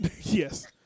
Yes